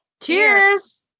Cheers